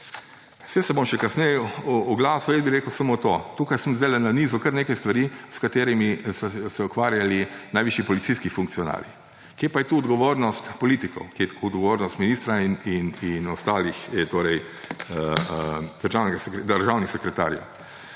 Saj se bom še kasneje oglasil. Jaz bi rekel samo to, tukaj sem sedaj nanizal kar nekaj stvari, s katerimi so se ukvarjali najvišji policijski funkcionarji. Kje pa je tukaj odgovornost politikov, kje je odgovornost ministra in ostalih, torej državnih sekretarjev?